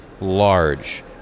large